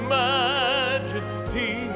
majesty